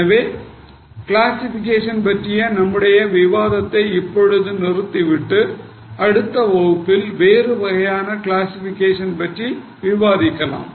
எனவே கிளாசிகேஷன் பற்றிய நமது விவாதத்தை இப்போது நிறுத்திவிட்டு அடுத்த வகுப்பில் வேறு வகையான கிளாசிஃபிகேஷன் பற்றி விவாதிக்கலாம்